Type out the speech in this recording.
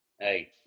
Hey